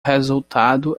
resultado